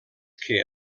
que